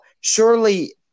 surely